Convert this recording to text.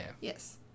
Yes